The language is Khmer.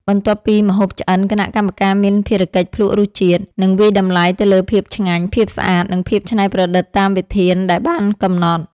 បន្ទាប់ពីម្ហូបឆ្អិន គណៈកម្មការមានភារកិច្ចភ្លក្សរសជាតិ និងវាយតម្លៃទៅលើភាពឆ្ងាញ់ ភាពស្អាត និងភាពច្នៃប្រឌិតតាមវិធានដែលបានកំណត់។